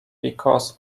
because